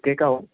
കേള്ക്കാമോ